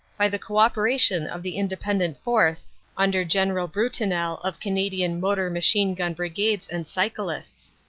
by the co-operation of the independent force under general brutinel of canadian motor machine-gun brigades and cyclists.